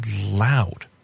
loud